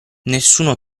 nessuno